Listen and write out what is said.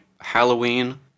Halloween